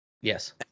Yes